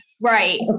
Right